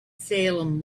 salem